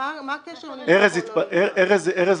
אני שואל: אני נמצא?